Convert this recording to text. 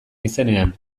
izenean